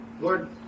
Lord